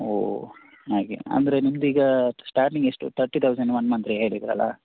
ಓ ಹಾಗೆ ಅಂದರೆ ನಿಮ್ಮದು ಈಗ ಸ್ಟಾರ್ಟಿಂಗ್ ಎಷ್ಟು ತರ್ಟಿ ತೌಸಂಡ್ ಒನ್ ಮಂತಿಗೆ ಹೇಳಿದ್ದರಲ್ಲ